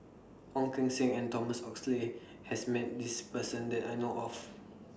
Ong Keng Sen and Thomas Oxley has Met This Person that I know of